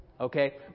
okay